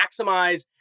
maximize